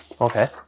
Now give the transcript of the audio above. Okay